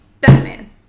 Batman